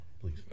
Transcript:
please